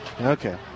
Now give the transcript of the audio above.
Okay